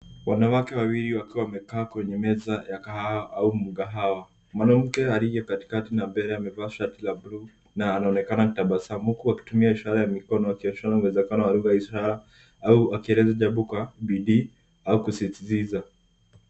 Wanawake wawili wakiwa wamekaa kwenye meza ya kahawa au mkahawa. Mwanamke aliye katikati na mbele amevaa shati la buluu na anaonekana akitabasamu huku akitumia ishara ya mikono ikionyesha uwezekano wa lugha ya ishara au akieleza jambo kwa bidii au kusisitiza.